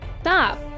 Stop